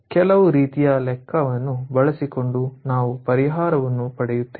ಕೆಲವು ರೀತಿಯ ಲೆಕ್ಕಾವನ್ನು ಬಳಸಿಕೊಂಡು ನಾವು ಪರಿಹಾರವನ್ನು ಪಡೆಯುತ್ತೇವೆ